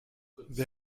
wer